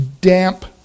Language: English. damp